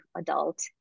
adult